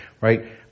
right